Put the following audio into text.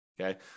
Okay